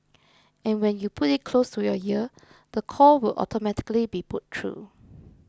and when you put it close to your ear the call will automatically be put through